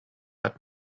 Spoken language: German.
hat